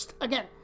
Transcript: Again